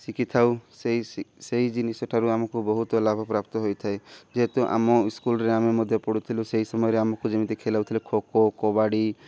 ଶିଖିଥାଉ ସେହି ସେହି ଜିନିଷଠାରୁ ଆମକୁ ବହୁତ ଲାଭପ୍ରାପ୍ତ ହୋଇଥାଏ ଯେହେତୁ ଆମ ସ୍କୁଲ୍ରେ ଆମେ ମଧ୍ୟ ପଢ଼ୁଥିଲୁ ସେହି ସମୟରେ ଆମକୁ ଯେମିତି ଖେଳଉଥିଲେ ଖୋଖୋ କବାଡ଼ି